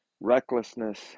recklessness